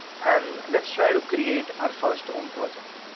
and let's try to create our first own project,